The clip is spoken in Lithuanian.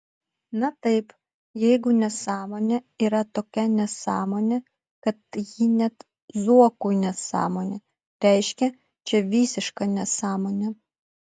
na taip jeigu nesąmonė yra tokia nesąmonė kad ji net zuokui nesąmonė reiškia čia visiška nesąmonė